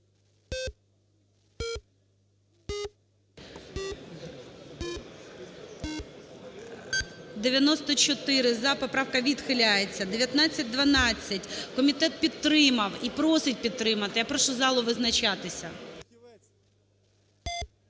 94 – за. Поправка відхиляється. 1912. Комітет підтримав і просить підтримати. Я прошу залу визначатися.